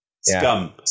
Scum